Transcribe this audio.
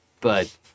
but-